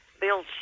Bill